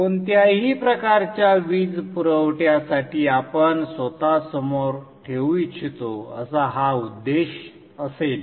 कोणत्याही प्रकारच्या वीज पुरवठ्यासाठी आपण स्वतःसमोर ठेवू इच्छितो असा हा उद्देश असेल